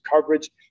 coverage